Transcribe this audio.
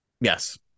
Yes